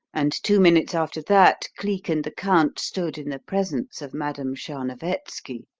and two minutes after that cleek and the count stood in the presence of madame tcharnovetski,